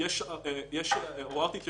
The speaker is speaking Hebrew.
יש פה עבירות סודיות,